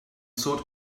sort